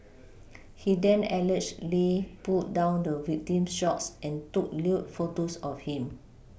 he then allegedly pulled down the victim's shorts and took lewd photos of him